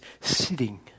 sitting